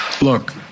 Look